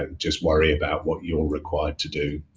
ah just worry about what you're required to do.